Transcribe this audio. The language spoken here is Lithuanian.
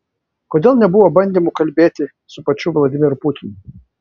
kodėl nebuvo bandymų kalbėti su pačiu vladimiru putinu